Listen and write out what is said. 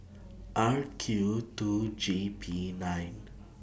R Q two G P nine